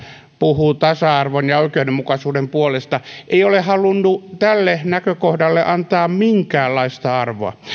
puhuu tasa arvon ja oikeudenmukaisuuden puolesta ei ole halunnut tälle näkökohdalle antaa minkäänlaista arvoa